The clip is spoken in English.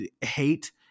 hate